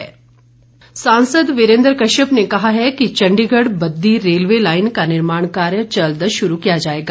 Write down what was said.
वीरेन्द्र कश्यप सांसद वीरेन्द्र कश्यप ने कहा कि चण्डीगढ़ बददी रेलवे लाईन का निर्माण कार्य जल्द शुरू किया जाएगा